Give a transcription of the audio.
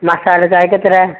masala ചായക്കെത്രെയാണ്